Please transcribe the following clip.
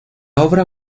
obra